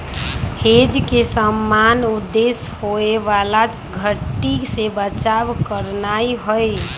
hedge के सामान्य उद्देश्य होयबला घट्टी से बचाव करनाइ हइ